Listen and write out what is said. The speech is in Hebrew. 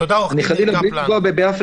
תודה, עו"ד קפלן.